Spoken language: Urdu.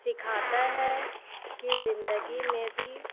سکھاتا ہے کہ زندگی میں بھی